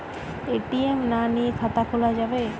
ATM না নিয়ে খাতা খোলা যাবে?